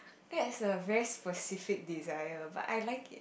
that is a very specific desire but I like it